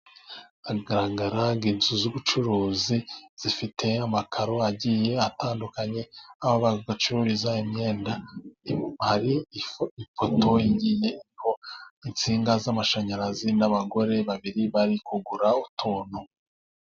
Hagaragara inzu z'ubucuruzi zifite amakaro agiye atandukanye, aho bacururiza imyenda hari ipoto igiyeho insinga z'amashanyarazi, n'abagore babiri bari kugura utuntu.